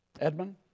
Edmund